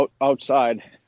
outside